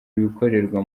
ibikorerwa